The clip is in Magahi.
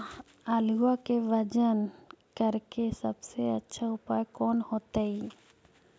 आलुआ के वजन करेके सबसे अच्छा उपाय कौन होतई?